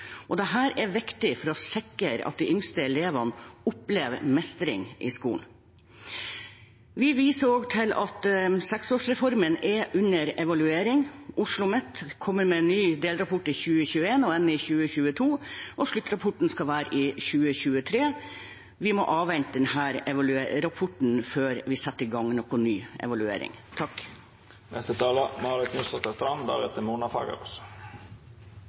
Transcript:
er viktig for å sikre at de yngste elevene opplever mestring på skolen. Vi viser også til at seksårsreformen er under evaluering. OsloMet kommer med en ny delrapport i 2021 og en i 2022. Sluttrapporten skal komme i 2023. Vi må avvente disse rapportene før vi setter i gang noen ny evaluering.